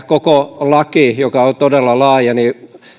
koko lakiin joka on todella laaja